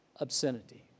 obscenity